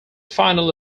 finally